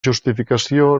justificació